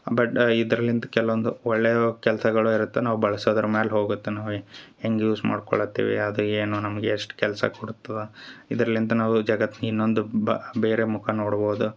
but ಇದ್ರಲ್ಲಿಂತ ಕೆಲವೊಂದು ಒಳ್ಳೆಯ ಕೆಲಸಗಳು ಇರುತ್ತೆ ನಾವು ಬಳ್ಸೋದ್ರ ಮೇಲೆ ಹೋಗುತ್ತೆ ನಾವು ಹೆಂಗೆ ಯೂಸ್ ಮಾಡ್ಕೊಳ್ಳತ್ತೇವಿ ಅದು ಏನು ನಮ್ಗ ಎಷ್ಟು ಕೆಲಸ ಕೊಡುತ್ತದ ಇದರ್ಲ್ಲಿಂತ ನಾವು ಜಗತ್ನ ಇನ್ನೊಂದು ಬ ಬೇರೆ ಮುಖ ನೋಡ್ಬೋದಾ